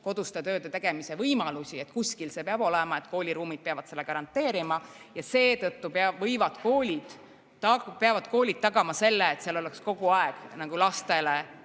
koduste tööde tegemise võimalust, kuskil see võimalus peab olema, kooli ruumid peavad selle garanteerima ja seetõttu peab kool tagama selle, et seal oleks kogu aeg lastele